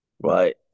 right